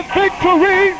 victory